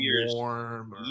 warm